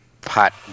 pot